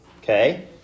okay